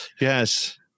Yes